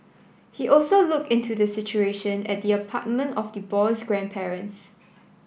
he also looked into the situation at the apartment of the boy's grandparents